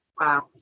Wow